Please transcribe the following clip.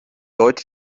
leute